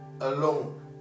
alone